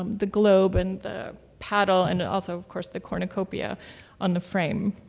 um the globe, and the paddle, and also of course the cornucopia on the frame.